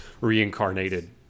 reincarnated